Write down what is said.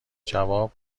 جواب